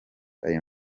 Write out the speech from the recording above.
ayo